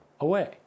away